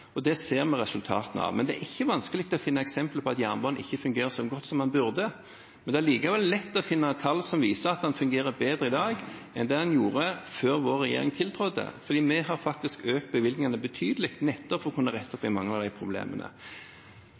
og det ser vi resultatene av. Men det er ikke vanskelig å finne eksempler på at jernbanen ikke fungerer så godt som den burde. Det er allikevel lett å finne tall som viser at den fungerer bedre i dag enn det den gjorde før vår regjering tiltrådte, for vi har faktisk økt bevilgningene betydelig, nettopp for å kunne rette opp i mange av de problemene.